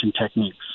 techniques